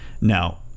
Now